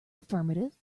affirmative